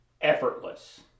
effortless